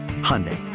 Hyundai